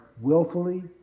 willfully